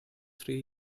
three